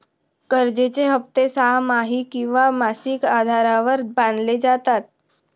कर्जाचे हप्ते सहामाही किंवा मासिक आधारावर बांधले जातात